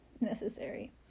Necessary